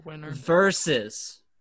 versus